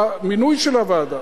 במינוי של הוועדה.